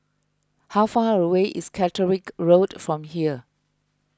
how far away is Catterick Road from here